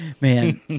Man